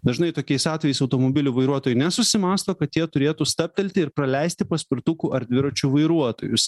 dažnai tokiais atvejais automobilių vairuotojai nesusimąsto kad jie turėtų stabtelti ir praleisti paspirtukų ar dviračių vairuotojus